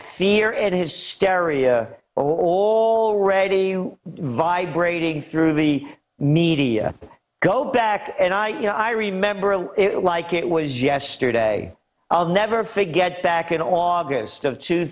fear at his steria or already you vibrating through the media go back and i you know i remember it like it was yesterday i'll never forget back in august of two